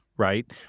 Right